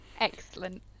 Excellent